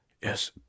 yes